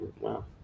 wow